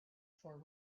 for